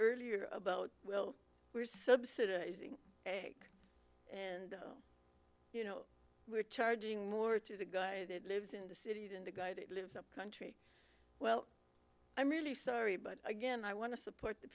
earlier about well we're subsidizing and you know we're charging more to the guy that lives in the city than the guy that lives up country well i'm really sorry but again i want to support the